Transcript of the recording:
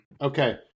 Okay